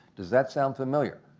does that sound familiar?